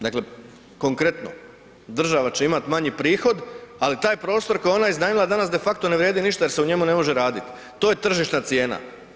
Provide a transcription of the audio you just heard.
Dakle, konkretno država će imati manji prihod, ali taj prostor koji je ona iznajmila danas de facto danas ne vrijedi ništa jer se u njemu na može raditi, to je tržišna cijena.